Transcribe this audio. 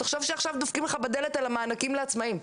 תחשוב שעכשיו דופקים לך בדלת על המענקים לעצמאיים,